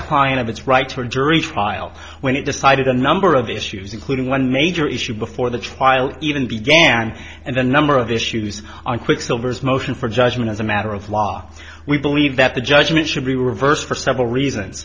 client of its rights for jury trial when it decided a number of issues including one major issue before the trial even began and then a number of issues on quicksilver's motion for judgment as a matter of law we believe that the judgment should be reversed for several reasons